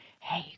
hey